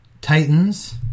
Titans